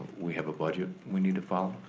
we have a budget we need to follow.